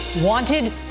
Wanted